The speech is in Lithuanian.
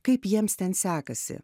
kaip jiems ten sekasi